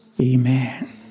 Amen